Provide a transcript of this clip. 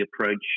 approach